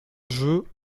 jeu